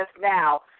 now